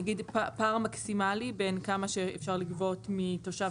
שפער מקסימלי בין כמה שאפשר לגבות מתושב